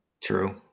True